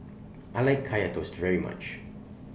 I like Kaya Toast very much